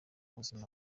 buzima